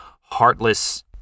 heartless